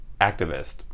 activist